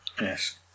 Yes